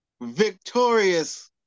Victorious